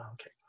Okay